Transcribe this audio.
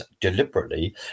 deliberately